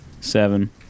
Seven